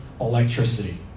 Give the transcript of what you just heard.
electricity